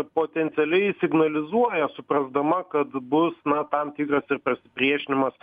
potencialiai signalizuoja suprasdama kad bus na tam tikras ir pasipriešinimas